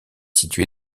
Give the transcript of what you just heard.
située